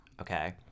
Okay